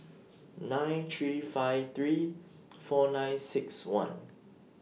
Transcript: nine three five three four nine six one